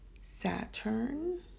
Saturn